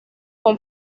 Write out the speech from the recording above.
con